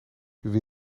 wie